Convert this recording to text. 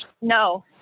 No